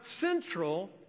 central